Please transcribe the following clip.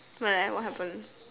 why leh what happen